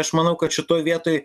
aš manau kad šitoj vietoj